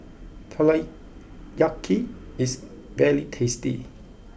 Teriyaki is very tasty